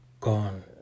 gone